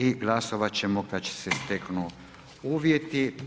I glasovat ćemo kad će se steknu uvjeti.